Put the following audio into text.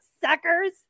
suckers